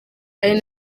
ari